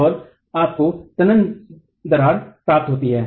और आपको तनन दरार प्राप्त होती है